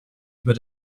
über